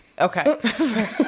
Okay